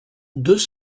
deux